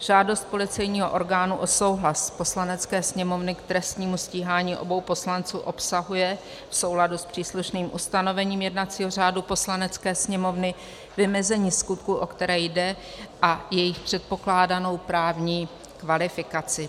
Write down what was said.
Žádost policejního orgánu o souhlas Poslanecké sněmovny k trestnímu stíhání obou poslanců obsahuje v souladu s příslušným ustanovením jednacího řádu Poslanecké sněmovny vymezení skutků, o které jde, a jejich předpokládanou právní kvalifikaci.